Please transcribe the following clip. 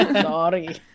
Sorry